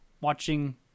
watching